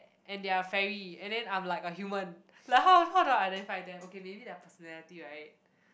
and they are a fairy and then I'm like a human like how how to identity them okay maybe their personality right